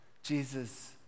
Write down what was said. Jesus